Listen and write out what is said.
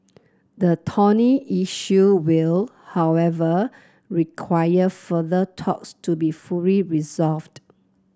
the thorny issue will however require further talks to be fully resolved